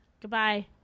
Goodbye